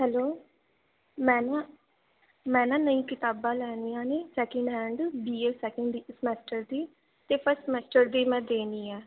hello ਮੈਂ ਨਾ ਮੈਂ ਨਾ ਨਵੀਆਂ ਕਿਤਾਬਾਂ ਲੈਣੀਆਂ ਨੇ secondhand B A second semester ਦੀ ਅਤੇ ਫਸਟ ਸਮੈਸਟਰ ਦੀ ਮੈਂ ਦੇਣੀ ਆ